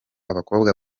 abakobwa